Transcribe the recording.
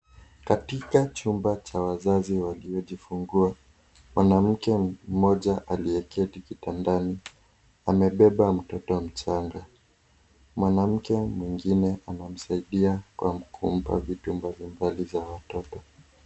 Katika chumba cha wazazi waliojifungua, mwanamke mmoja aliyeketi kitandani amebeba mtoto mchanga. Mwanamke mwengine anamsaidia kwa kumpa vitu ambavyo mbali za watoto.